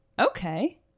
okay